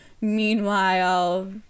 meanwhile